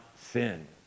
sin